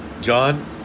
John